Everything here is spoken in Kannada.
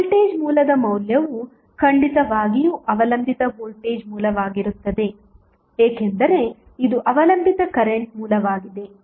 ವೋಲ್ಟೇಜ್ ಮೂಲದ ಮೌಲ್ಯವು ಖಂಡಿತವಾಗಿಯೂ ಅವಲಂಬಿತ ವೋಲ್ಟೇಜ್ ಮೂಲವಾಗಿರುತ್ತದೆ ಏಕೆಂದರೆ ಇದು ಅವಲಂಬಿತ ಕರೆಂಟ್ ಮೂಲವಾಗಿದೆ